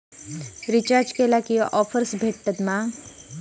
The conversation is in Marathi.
रिचार्ज केला की ऑफर्स भेटात मा?